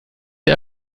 der